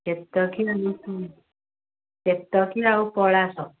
କେତକୀ କେତକୀ ଆଉ ପଳାଶ